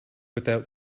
without